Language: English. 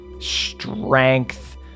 strength